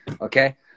okay